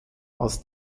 als